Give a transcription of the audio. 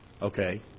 Okay